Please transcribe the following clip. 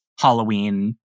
Halloween